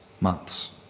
months